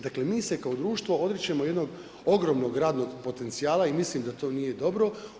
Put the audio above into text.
Dakle, mi se kao društvo odričemo jednog ogromnog radnog potencijala i mislim da to nije dobro.